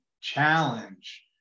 challenge